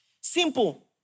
Simple